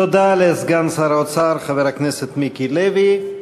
תודה לסגן שר האוצר, חבר הכנסת מיקי לוי.